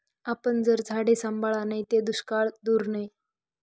आपन जर झाडे सांभाळा नैत ते दुष्काळ दूर नै